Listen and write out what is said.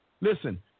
Listen